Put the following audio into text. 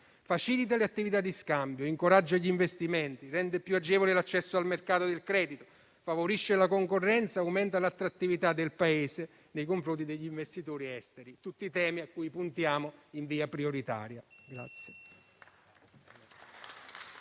facilita le attività di scambio, incoraggia gli investimenti, rende più agevole l'accesso al mercato del credito, favorisce la concorrenza e aumenta l'attrattività del Paese nei confronti degli investitori esteri. Sono tutti temi a cui puntiamo in via prioritaria.